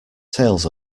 tails